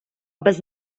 без